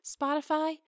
spotify